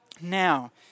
Now